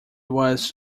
was